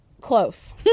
Close